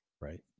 Right